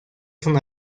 son